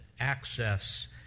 access